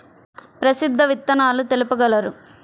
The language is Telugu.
ప్రసిద్ధ విత్తనాలు తెలుపగలరు?